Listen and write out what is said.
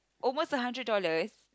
almost a hundred dollars